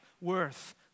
worth